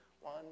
one